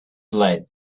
blade